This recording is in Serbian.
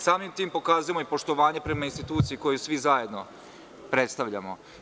Samim tim pokazujemo i poštovanje prema instituciji koju svi zajedno predstavljamo.